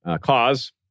cause